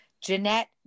Jeanette